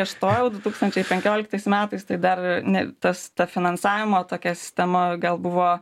aš stojau du tūkstančiai penkioliktais metais tai dar ne tas ta finansavimo tokia sistema gal buvo